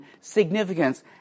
significance